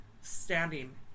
standing